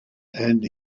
and